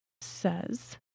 says